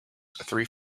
three